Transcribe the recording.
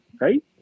Right